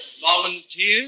Volunteers